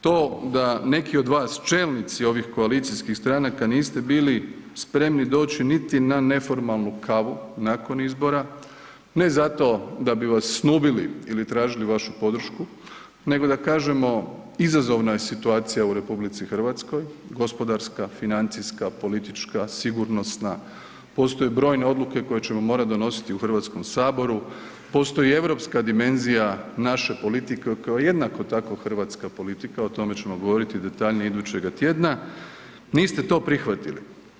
To da neki od vas čelnici ovih koalicijskih stranaka niste bili spremni doći niti na neformalnu kavu nakon izbora, ne zato da bi vas snubili ili vašu podršku nego da kažemo izazova je situacija u RH, gospodarska, financijska, politička, sigurnosna, postoje brojne odluke koje ćemo morati donositi u Hrvatskom, saboru, postoji europska dimenzija naše politike koja je jednako tako hrvatska politika, o tome ćemo govoriti detaljnije idućega tjedna, niste to prihvatili.